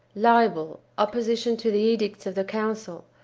libel, opposition to the edicts of the council,